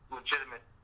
legitimate